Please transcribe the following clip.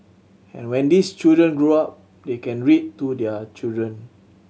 and when these children grow up they can read to their children